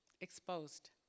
exposed